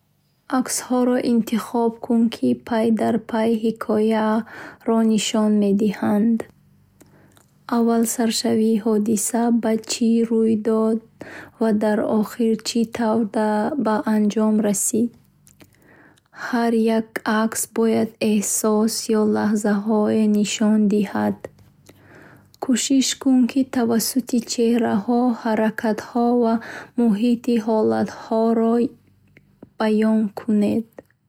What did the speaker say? Аксҳоро интихоб кун, ки пай дар пай ҳикояро нишон медиҳанд. Аввал саршавии ҳодиса, баъд чӣ рӯй дод, ва дар охир чӣ тавр ба анҷом расид. Ҳар як акс бояд эҳсос ё лаҳзае нишон диҳад. Кӯшиш кун, ки тавассути чеҳраҳо, ҳаракатҳо ва муҳит ҳолатҳоро баён кунед.